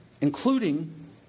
Including